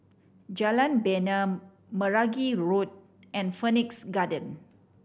Jalan Bena Meragi Road and Phoenix Garden